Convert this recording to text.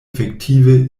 efektive